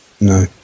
No